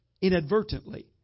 inadvertently